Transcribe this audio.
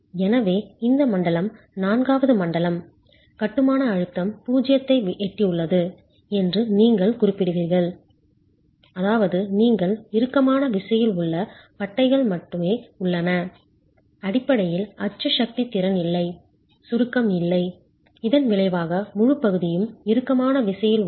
எனவே இந்த மண்டலம் நான்காவது மண்டலம் கட்டுமான அழுத்தம் 0 ஐ எட்டியுள்ளது என்று நீங்கள் குறிப்பிடுவீர்கள் அதாவது நீங்கள் இறுக்கமான விசையில் உள்ள பட்டைகள் மட்டுமே உள்ளன அடிப்படையில் அச்சு சக்தி திறன் இல்லை சுருக்கம் இல்லை இதன் விளைவாக முழு பகுதியும் இறுக்கமான விசையில் உள்ளது